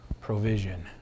provision